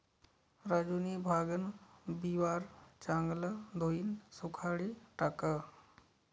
राजूनी भांगन बिवारं चांगलं धोयीन सुखाडी टाकं